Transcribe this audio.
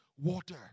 water